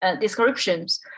descriptions